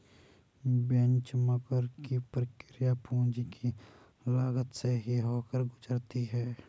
benchmark की प्रक्रिया पूंजी की लागत से ही होकर गुजरती है